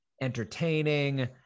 entertaining